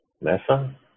Mesa